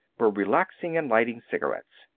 were relaxing and lighting cigarettes.